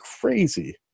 crazy